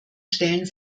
stellen